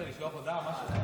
בבקשה,